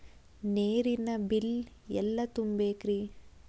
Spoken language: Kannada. ನೇರಿನ ಬಿಲ್ ಎಲ್ಲ ತುಂಬೇಕ್ರಿ?